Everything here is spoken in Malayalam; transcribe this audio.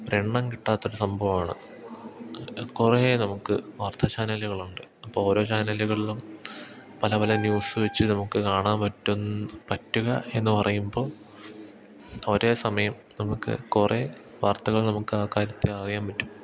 ഒരെണ്ണം കിട്ടാത്തൊരു സംഭവമാണ് കുറേ നമുക്ക് വാർത്താ ചാനലുകളുണ്ട് അപ്പോള് ഓരോ ചാനലുകളിലും പല പല ന്യൂസ് വച്ച് നമുക്കു കാണാൻ പറ്റുന് പറ്റുക എന്നു പറയുമ്പോള് ഒരേ സമയം നമുക്കു കുറേ വാർത്തകൾ നമുക്കാ കാര്യത്തെ അറിയാൻ പറ്റും